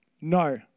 No